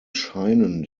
scheinen